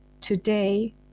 today